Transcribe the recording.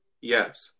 Yes